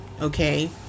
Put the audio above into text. Okay